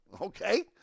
okay